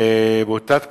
ובאותה תקופה,